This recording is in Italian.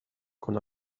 con